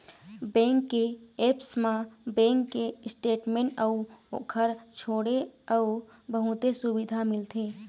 bank के apps म bank के स्टेटमेंट अउ ओखर छोड़े अउ बहुते सुबिधा मिलथे